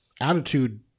attitude